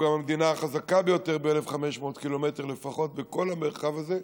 אנחנו גם המדינה החזקה ביותר ב-1,500 ק"מ לפחות בכל המרחב הזה,